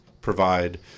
provide